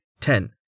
ten